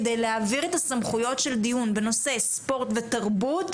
כדי להעביר את הסמכויות של דיון בנושא ספורט ותרבות,